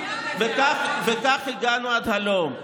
וכך הגענו עד הלום,